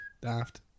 daft